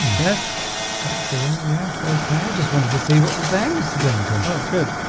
yes that's a yeah yes okay i just wanted to see what was there mr. duncan oh good